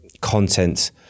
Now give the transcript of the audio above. content